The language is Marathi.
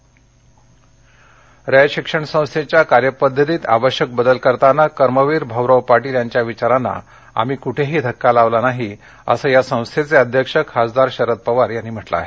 परस्कार सातारा रयत शिक्षण संस्थेच्या कार्यपध्दतीत आवश्यक बदल करताना कर्मवीर भाऊराव पाटील यांच्या विचारांना आम्ही कुठेही धक्का लावला नाही असं या संस्थेचे अध्यक्ष खासदार शरद पवार यांनी म्हटलं आहे